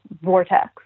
vortex